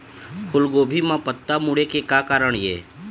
फूलगोभी म पत्ता मुड़े के का कारण ये?